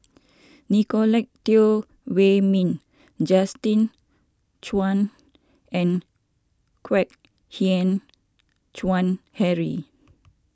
Nicolette Teo Wei Min Justin Zhuang and Kwek Hian Chuan Henry